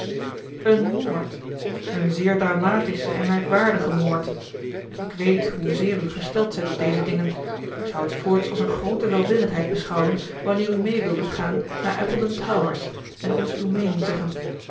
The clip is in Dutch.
was dat een moord een zeer dramatische en merkwaardige moord ik weet hoezeer u gesteld zijt op deze dingen en ik zou het voorts als een groote welwillendheid beschouwen wanneer u mee wildet gaan naar appledown towers en ons uw meening zeggen